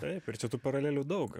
taip ir čia tų paralelių daug